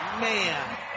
Man